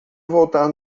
voltar